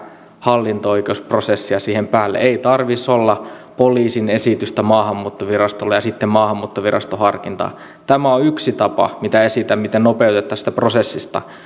hallinto oikeusprosessia siihen päälle ei tarvitsisi olla poliisin esitystä maahanmuuttovirastolle ja sitten maahanmuuttoviraston harkintaa tämä on yksi tapa mitä esitän miten nopeutettaisiin sitä prosessia